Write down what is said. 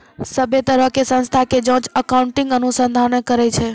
सभ्भे तरहो के संस्था के जांच अकाउन्टिंग अनुसंधाने करै छै